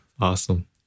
awesome